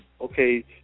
okay